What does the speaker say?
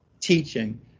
teaching